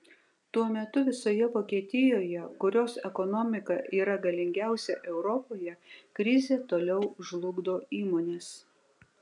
tuo metu visoje vokietijoje kurios ekonomika yra galingiausia europoje krizė toliau žlugdo įmones